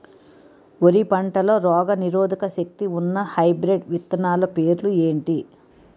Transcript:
వరి పంటలో రోగనిరోదక శక్తి ఉన్న హైబ్రిడ్ విత్తనాలు పేర్లు ఏంటి?